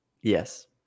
Yes